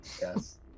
Yes